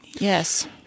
Yes